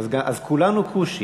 אז כולנו כושים,